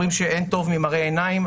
אומרים שאין טוב ממראה עיניים,